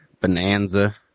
Bonanza